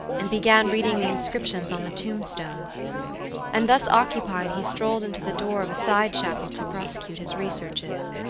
and began reading the inscriptions on the tombstones and thus occupied, he strolled into the door of a side chapel to prosecute his researches.